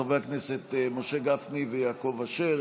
חברי הכנסת משה גפני ויעקב אשר,